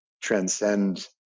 transcend